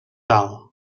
alt